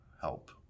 help